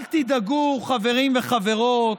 אל תדאגו, חברים וחברות,